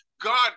God